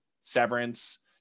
severance